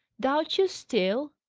doubt you still!